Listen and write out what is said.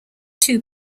two